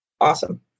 Awesome